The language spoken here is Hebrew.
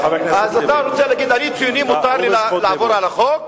חבר הכנסת לוין, הוא בזכות דיבור.